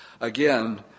again